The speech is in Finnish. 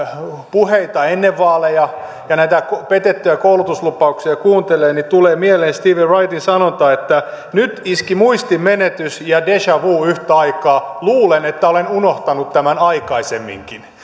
puheita ennen vaaleja ja näitä petettyjä koulutuslupauksia kuuntelee niin tulee mieleen steven wrightin sanonta että nyt iski muistinmenetys ja deja vu yhtä aikaa luulen että olen unohtanut tämän aikaisemminkin